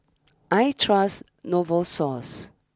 I trust Novosource